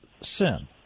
sin